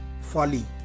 folly